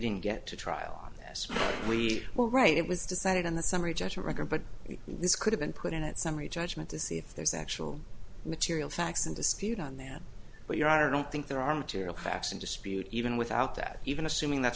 didn't get to trial on this we were right it was decided on the summary judgment record but this could have been put in at summary judgment to see if there's actual material facts in dispute on that but your i don't think there are material facts in dispute even without that even assuming that's